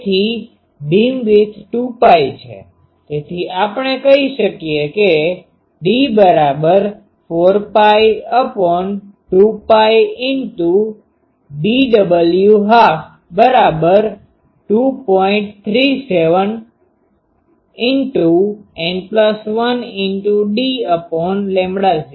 તેથી બીમવિડ્થ 2Π છે તેથી આપણે કહી શકીએ કે D4π2π×BW12 2